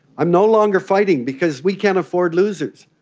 i'm no longer fighting because we can't afford losers.